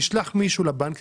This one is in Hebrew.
תשלח מישהו לבנק,